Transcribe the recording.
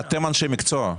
בסוף אתם אנשי המקצוע.